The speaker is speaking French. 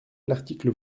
l’article